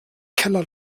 keller